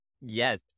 Yes